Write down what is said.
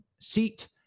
seat